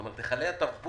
כלומר היכלי התרבות